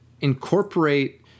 incorporate